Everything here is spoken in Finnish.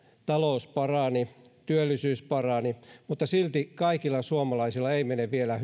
talous parani työllisyys parani mutta silti kaikilla suomalaisilla ei mene vielä